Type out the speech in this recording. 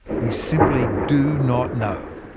we simply do not know.